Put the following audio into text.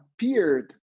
appeared